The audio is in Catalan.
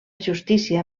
justícia